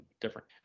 different